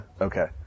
Okay